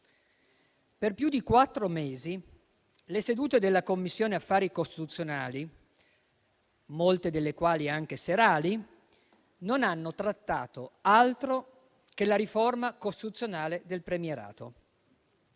per più di quattro mesi le sedute della Commissione affari costituzionali, molte delle quali anche serali, non hanno trattato altro che la riforma costituzionale del premierato.